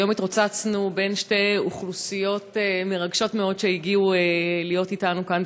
היום התרוצצנו בין שתי אוכלוסיות מרגשות מאוד שהגיעו להיות אתנו כאן,